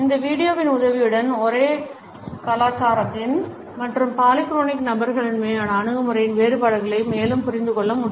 இந்த வீடியோவின் உதவியுடன் ஒரே வண்ணமுடைய மற்றும் பாலிக்ரோனிக் நபர்களிடையேயான அணுகுமுறையின் வேறுபாடுகளை மேலும் புரிந்து கொள்ள முடியும்